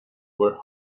were